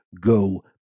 go